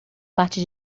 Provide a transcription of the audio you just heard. parte